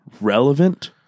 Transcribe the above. relevant